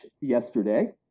yesterday